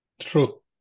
True